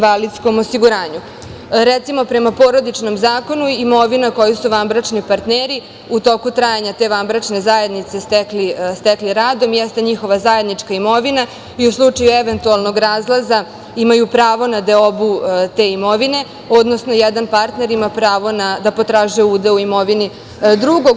Recimo, prema Porodičnom zakonu, imovina koju su vanbračni partneri u toku trajanja te vanbračne zajednice stekli radom, jeste njihova zajednička imovina i u slučaju eventualnog razlaza imaju pravo na deobu te imovine, odnosno jedan partner ima pravo da potražuje udeo u imovini drugog.